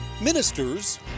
Ministers